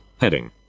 heading